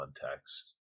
context